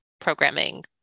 programming